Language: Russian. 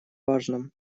важном